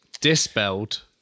dispelled